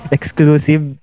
Exclusive